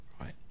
Right